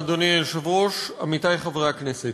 אדוני היושב-ראש, תודה לך, עמיתי חברי הכנסת,